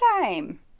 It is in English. time